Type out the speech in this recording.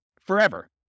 forever